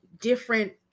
different